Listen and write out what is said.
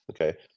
okay